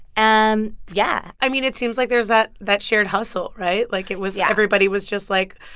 and yeah i mean, it seems like there's that that shared household, right? like, it was. yeah everybody was just like,